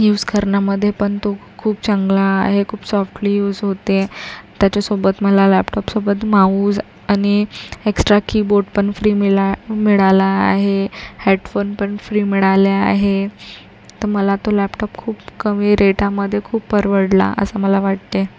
use करण्यामध्ये पण तो खूप चांगला आहे खूप सॉफ्टली यूज होते त्याच्यासोबत मला लॅपटॉपसोबत माउस आणि एक्स्ट्रा कीबोर्ड पण फ्री मिला मिळाला आहे हेडफोन पण फ्री मिळाले आहे तर मला तो लॅपटॉप खूप कमी रेटामध्ये खूप परवडला असं मला वाटतं आहे